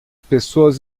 pessoas